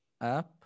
app